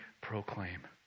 proclaim